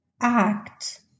act